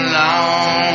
long